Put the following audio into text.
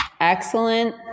Excellent